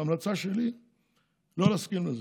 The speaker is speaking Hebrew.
ההמלצה שלי היא לא להסכים לזה.